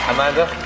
Amanda